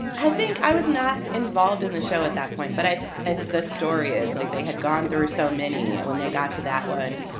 i think i was not involved in the show at that point. but i i the story is, like, they had gone through so many, and when they got to that one,